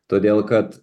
todėl kad